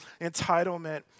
entitlement